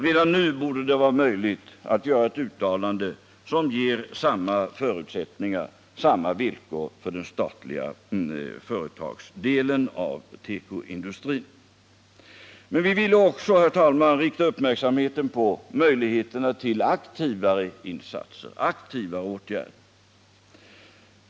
Redan nu borde det vara möjligt att göra ett uttalande som ger samma förutsättningar och samma villkor för den statliga företagsdelen av tekoindustrin. Men vi vill också, herr talman, rikta uppmärksamhet på möjligheterna till mera aktiva insatser, mera aktiva åtgärder.